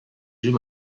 jeux